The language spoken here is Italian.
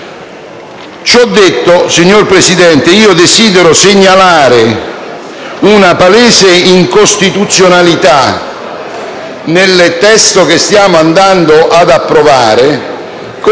Ciò detto, signor Presidente, desidero segnalare una palese incostituzionalità nel testo che stiamo andando ad approvare, con